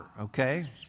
okay